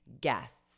guests